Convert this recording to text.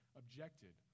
objected